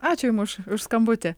ačiū jum už už skambutį